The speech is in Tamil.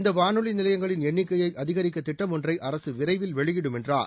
இந்த வானொலி நிலையங்களின் எண்ணிக்கையை அதிகரிக்க திட்டம் ஒன்றை அரசு விரைவில் வெளியிடும் என்றார்